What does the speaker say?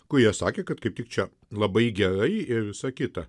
kurie sakė kad kaip tik čia labai gerai ir visa kita